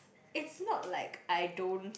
it's not like I don't